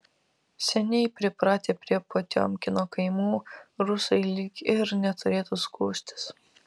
seniai pripratę prie potiomkino kaimų rusai lyg ir neturėtų skųstis